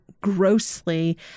grossly